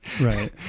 Right